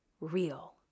real